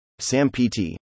SAMPT